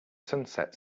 sunset